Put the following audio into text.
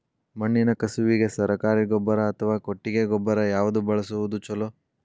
ಮಣ್ಣಿನ ಕಸುವಿಗೆ ಸರಕಾರಿ ಗೊಬ್ಬರ ಅಥವಾ ಕೊಟ್ಟಿಗೆ ಗೊಬ್ಬರ ಯಾವ್ದು ಬಳಸುವುದು ಛಲೋ?